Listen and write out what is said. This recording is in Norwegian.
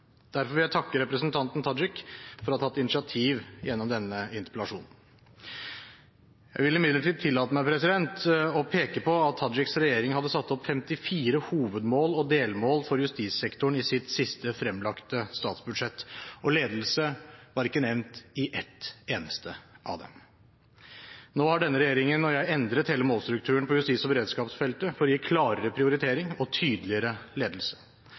Derfor vil jeg takke representanten Tajik for å ha tatt initiativ gjennom denne interpellasjonen. Jeg vil imidlertid tillate meg å peke på at Tajiks regjering hadde satt opp 54 hovedmål og delmål for justissektoren i sitt siste fremlagte statsbudsjett – og ledelse var ikke nevnt i ett eneste av dem. Nå har denne regjeringen og jeg endret hele målstrukturen for justis- og beredskapsfeltet for å gi klarere prioritering og tydeligere ledelse.